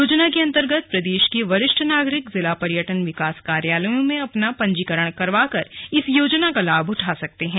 योजना के अन्तर्गत प्रदेश के वरिष्ठ नागरिक जिला पर्यटन विकास कार्यालयों में अपना पंजीकरण करवाकर इस योजना का लाभ उठा सकेंगे